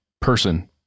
person